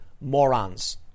morons